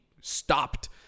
stopped